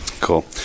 Cool